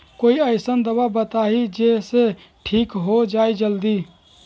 कोई अईसन दवाई बताई जे से ठीक हो जई जल्दी?